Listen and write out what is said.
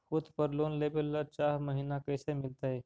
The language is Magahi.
खूत पर लोन लेबे ल चाह महिना कैसे मिलतै?